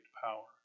power